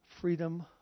freedom